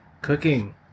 cooking